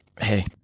Hey